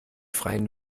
freien